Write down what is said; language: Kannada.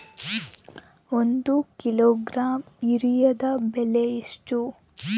ಒಂದು ಕಿಲೋಗ್ರಾಂ ಯೂರಿಯಾದ ಬೆಲೆ ಎಷ್ಟು?